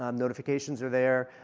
um notifications are there.